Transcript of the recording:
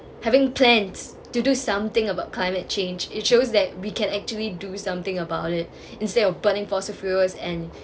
having plans to do something about climate change it shows that we can actually do something about it instead of burning fossil fuels and